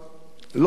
לא אשתוק,